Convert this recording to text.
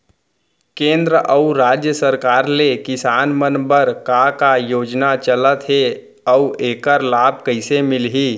केंद्र अऊ राज्य सरकार ले किसान मन बर का का योजना चलत हे अऊ एखर लाभ कइसे मिलही?